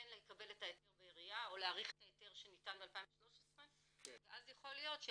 לקבל את ההיתר בעירייה או להאריך את ההיתר שניתן ב-2013 ואז יכול להיות,